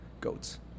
goats